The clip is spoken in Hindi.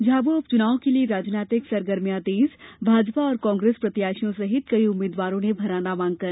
झाबुआ उप चुनाव के लिये राजनीतिक सरगर्मियां तेज भाजपा और कांग्रेस प्रत्याशियों सहित कई उम्मीद्वारों ने भरा नामांकन